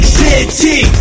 city